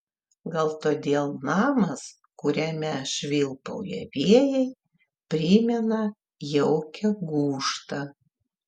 gal todėl namas kuriame švilpauja vėjai primena jaukią gūžtą